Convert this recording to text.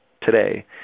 today